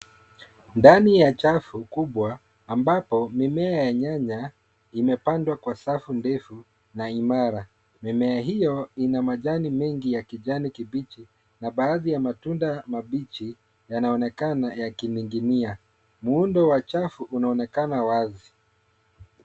Ndani ya chafu kubwa ambapo, mimea ya nyanya imepandwa kwa safu ndefu na imara. Mimea hio ina majani mengi ya kijani kibichi, na baadhi ya matunda mabichi yanaonekana yakining'inia. Muundo wa chafu, unaonekana wazi.